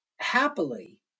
Happily